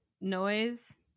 Noise